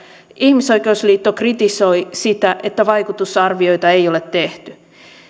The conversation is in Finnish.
ihmisoikeusliitto kritisoi sitä että vaikutusarvioita ei ole tehty